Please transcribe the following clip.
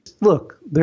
Look